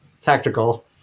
tactical